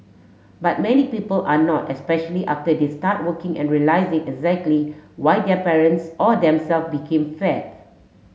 but many people are not especially after they start working and realising exactly why their parents or them self became fat